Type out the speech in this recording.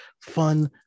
fun